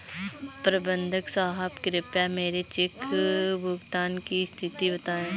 प्रबंधक साहब कृपया मेरे चेक भुगतान की स्थिति बताएं